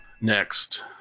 Next